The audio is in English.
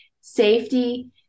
safety